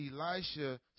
Elisha